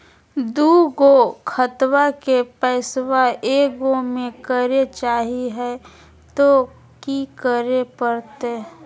दू गो खतवा के पैसवा ए गो मे करे चाही हय तो कि करे परते?